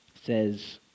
says